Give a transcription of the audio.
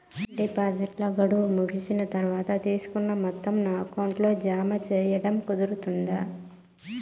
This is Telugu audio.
డిపాజిట్లు గడువు ముగిసిన తర్వాత, తీసుకున్న మొత్తం నా అకౌంట్ లో జామ సేయడం కుదురుతుందా?